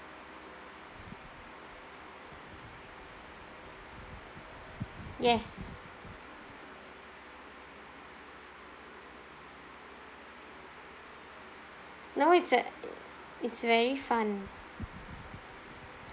yes no it's uh it's very fun